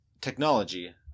technology